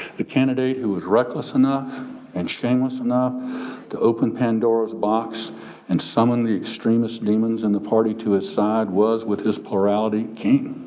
the candidate who was reckless enough and shameless enough to open pandora's box and some of the extremist demons in the party to his side was with his plurality king.